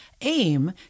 AIM